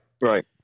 Right